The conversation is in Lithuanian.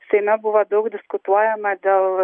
seime buvo daug diskutuojama dėl